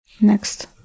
Next